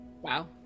wow